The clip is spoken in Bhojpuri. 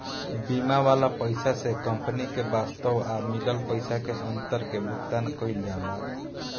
बीमा वाला पइसा से कंपनी के वास्तव आ मिलल पइसा के अंतर के भुगतान कईल जाला